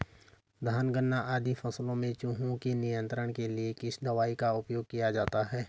धान गन्ना आदि फसलों में चूहों के नियंत्रण के लिए किस दवाई का उपयोग किया जाता है?